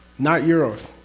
not euros.